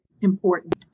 important